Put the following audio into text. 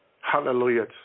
Hallelujah